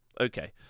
okay